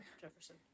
Jefferson